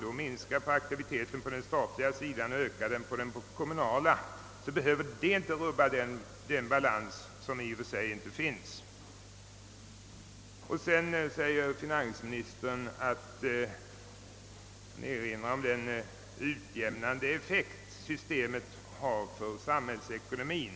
Om man minskar aktiviteten på den statliga sidan och ökar den på den kommunala, så behöver det inte rubba den balans som i och för sig inte finns. Finansministern erinrar vidare om den utjämnande effekt systemet har på samhällsekonomien.